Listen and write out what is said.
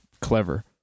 clever